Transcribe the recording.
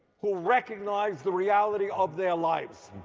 who recognized the reality of their lives.